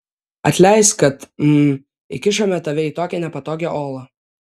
atleisk kad hm įkišome tave į tokią nepatogią olą